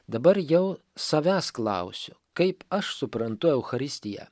dabar jau savęs klausiu kaip aš suprantu eucharistiją